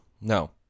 No